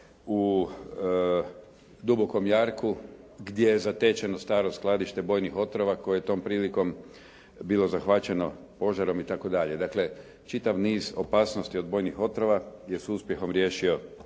u Dubokom jarku gdje je zatečeno staro skladište bojnih otrova koje je tom prilikom bilo zahvaćeno požarom itd. Dakle, čitav niz opasnosti od bojnih otrova je s uspjehom riješio